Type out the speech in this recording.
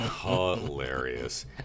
Hilarious